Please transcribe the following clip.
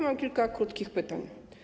Mam kilka krótkich pytań.